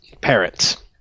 parents